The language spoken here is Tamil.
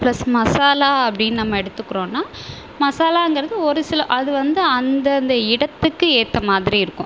ப்ளஸ் மசாலா அப்படினு நம்ம எடுத்துக்குறோம்னா மசாலாங்கிறது ஒரு சில அது அந்தந்த இடத்துக்கு ஏற்ற மாதிரி இருக்கும்